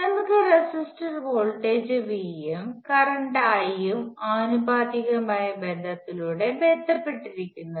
നമുക്ക് resistor voltage V യും current I ഉം ആനുപാതികമായ ബന്ധത്തിലൂടെ ബന്ധപ്പെട്ടിരിക്കുന്നു